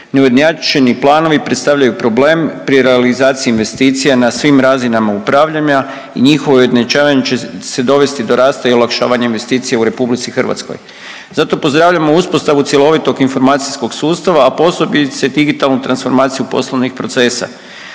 neujednačeni planovi predstavljaju problem pri realizaciji investicija na svim razinama upravljanja i njihovo ujednačavanje će se dovesti do rasta i olakšavanja investicija u RH. Zato pozdravljamo uspostavu cjelovitog informacijskog sustava, a posebice digitalnu transformaciju poslovnih procesa.